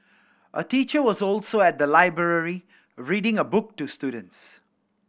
a teacher was also at the library reading a book to students